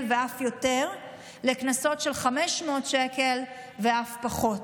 ואף יותר לקנסות של 500 שקל ואף פחות.